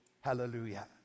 Hallelujah